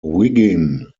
wiggin